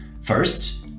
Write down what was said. First